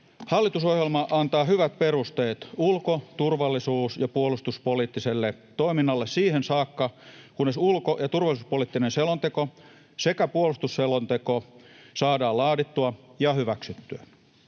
Hallitusohjelma antaa hyvät perusteet ulko-, turvallisuus- ja puolustuspoliittiselle toiminnalle siihen saakka kunnes ulko- ja turvallisuuspoliittinen selonteko sekä puolustusselonteko saadaan laadittua ja hyväksyttyä.